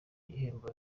ibihembo